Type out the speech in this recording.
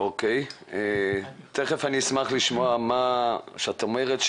אני אשמח לשמוע מה שאת אומרת,